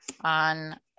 on